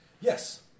Yes